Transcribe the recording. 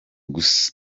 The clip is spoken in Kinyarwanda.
gusa